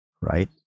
right